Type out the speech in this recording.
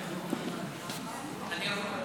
מוותר.